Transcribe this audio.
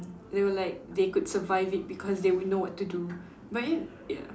they will like they could survive it because they would know what to do but then ya